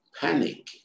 panic